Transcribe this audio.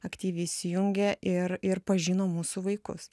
aktyviai įsijungė ir ir pažino mūsų vaikus